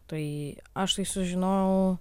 tai aš tai sužinojau